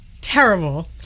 terrible